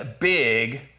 big